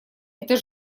это